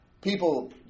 people